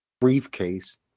briefcase